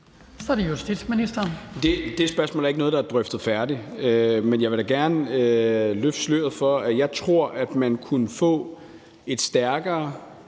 (Peter Hummelgaard): Det spørgsmål er ikke noget, der er drøftet færdigt. Men jeg vil da gerne løfte sløret for, at jeg tror, at man kunne få et stærkere,